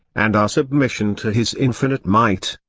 and our submission to his infinite might.